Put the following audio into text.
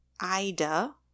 Ida